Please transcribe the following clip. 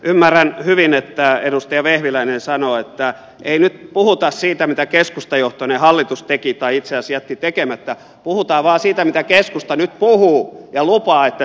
ymmärrän hyvin että edustaja vehviläinen sanoo että ei nyt puhuta siitä mitä keskustajohtoinen hallitus teki tai itse asiassa jätti tekemättä puhutaan vain siitä mitä keskusta nyt puhuu ja lupaa että tekisi